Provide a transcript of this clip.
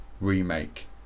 remake